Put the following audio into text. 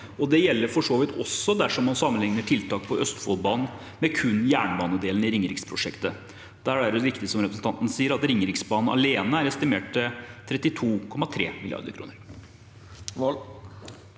Det gjelder for så vidt også dersom man sammenlikner tiltak på Østfoldbanen med kun jernbanedelen i ringeriksprosjektet. Der er det riktig som representanten sier, at Ringeriksbanen alene er estimert til 32,3 mrd. kr.